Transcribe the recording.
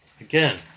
Again